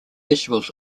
vegetables